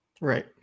Right